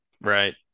right